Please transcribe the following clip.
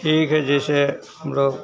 ठीक है जैसे हमलोग